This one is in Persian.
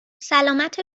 سلامت